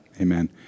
Amen